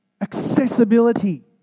accessibility